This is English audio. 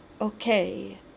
okay